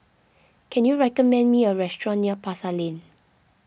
can you recommend me a restaurant near Pasar Lane